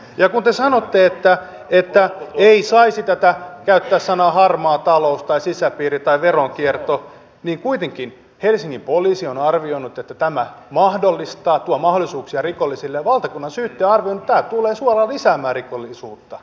ja kun sanotte että ei saisi käyttää sanoja harmaa talous tai sisäpiiri tai veronkierto niin kuitenkin helsingin poliisi on arvioinut että tämä tuo mahdollisuuksia rikollisille ja valtakunnansyyttäjä on arvioinut että tämä tulee suoraan lisäämään rikollisuutta